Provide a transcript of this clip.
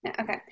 Okay